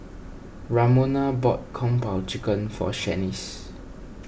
Ramona bought Kung Po Chicken for Shanice